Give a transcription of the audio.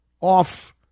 off